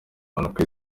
mpanuka